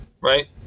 Right